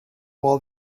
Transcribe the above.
while